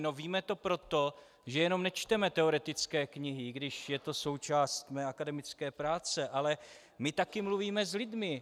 No víme to proto, že jenom nečteme teoretické knihy, i když je to součást mé akademické práce, ale my taky mluvíme s lidmi.